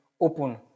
open